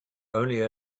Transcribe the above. only